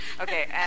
Okay